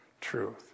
truth